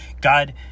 God